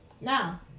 Now